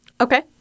Okay